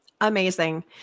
Amazing